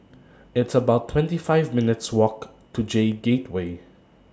It's about twenty five minutes' Walk to J Gateway